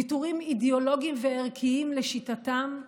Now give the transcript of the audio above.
ויתורים אידיאולוגיים וערכיים, לשיטתם,